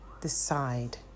decide